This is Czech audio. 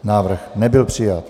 Návrh nebyl přijat.